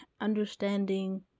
understanding